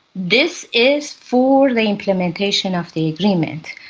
this is for the implementation of the agreement.